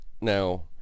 now